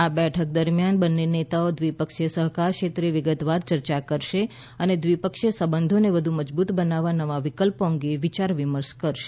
આ બેઠક દરમિયાન બંને નેતાઓ દ્વિપક્ષીય સહકાર ક્ષેત્રે વિગતવાર ચર્ચા કરશે અને દ્વિપક્ષીય સંબંધોને વધુ મજબૂત બનાવવા નવા વિકલ્પો અંગે વિયાર વિમર્શ કરશે